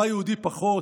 מה יהודי פחות.